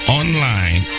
online